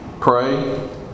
pray